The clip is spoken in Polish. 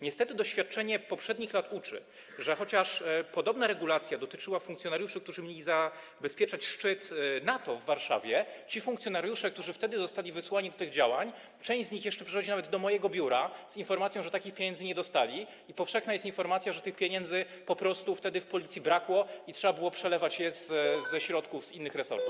Niestety doświadczenie poprzednich lat uczy, że chociaż podobna regulacja dotyczyła funkcjonariuszy, którzy mieli zabezpieczać szczyt NATO w Warszawie, tych funkcjonariuszy, którzy wtedy zostali wysłani do tych działań, część z nich jeszcze przychodzi nawet do mojego biura z informacją, że takich pieniędzy nie dostali, i powszechna jest informacja, że tych pieniędzy wtedy w Policji brakło i trzeba było przelewać je ze środków innych resortów.